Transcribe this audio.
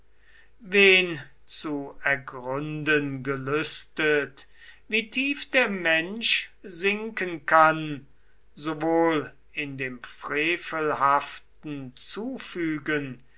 wen zu ergründen gelüstet wie tief der mensch sinken kann sowohl in dem frevelhaften zufügen